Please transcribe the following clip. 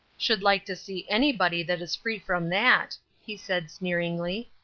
should like to see anybody that is free from that! he said, sneeringly.